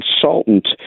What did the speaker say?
consultant